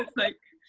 like like,